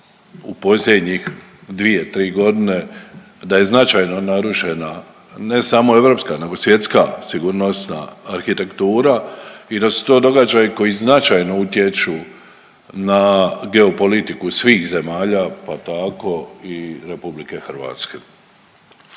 u posljednjih 2.-3.g. da je značajno narušena ne samo europska nego svjetska sigurnosna arhitektura i da su to događaji koji značajno utječu na geopolitiku svih zemalja, pa tako i RH.